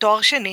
ותואר שני